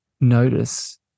notice